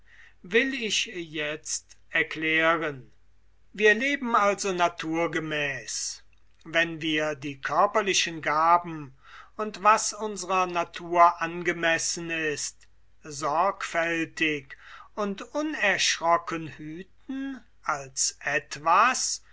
will ich jetzt erklären wir leben also naturgemäß wenn wir die körperlichen gaben und was unsrer natur angemessen ist sorgfältig und unerschrocken hüten als etwas